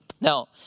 Now